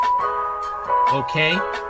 okay